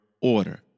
order